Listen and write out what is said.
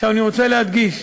עכשיו, אני רוצה להדגיש: